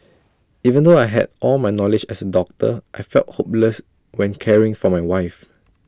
even though I had all my knowledge as A doctor I felt hopeless when caring for my wife